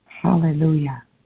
Hallelujah